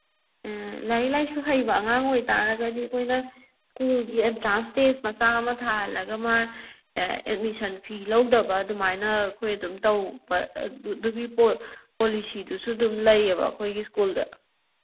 ꯑꯥ ꯂꯥꯏꯔꯤꯛ ꯂꯥꯏꯁꯨ ꯍꯩꯕ ꯑꯉꯥꯡ ꯑꯣꯏ ꯇꯥꯔꯒꯗꯤ ꯑꯩꯈꯣꯏꯅ ꯁ꯭ꯀꯨꯜꯒꯤ ꯑꯦꯟꯇ꯭ꯔꯥꯟꯁ ꯇꯦꯁ ꯃꯆꯥ ꯑꯃ ꯊꯥꯔꯒ ꯃꯥ ꯑꯦꯗꯃꯤꯁꯟ ꯐꯤ ꯂꯧꯗꯕ ꯑꯗꯨꯃꯥꯏꯅ ꯑꯩꯈꯣꯏ ꯑꯗꯨꯝ ꯇꯧꯕ ꯑꯗꯨꯒꯤ ꯄꯣꯠ ꯄꯣꯂꯤꯁꯤꯗꯨꯁꯨ ꯑꯗꯨꯝ ꯂꯩꯌꯦꯕ ꯑꯩꯈꯣꯏꯒꯤ ꯁ꯭ꯀꯨꯜꯗ